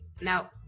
now